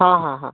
ହଁ ହଁ ହଁ